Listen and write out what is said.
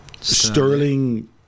Sterling